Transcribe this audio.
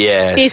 Yes